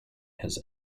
has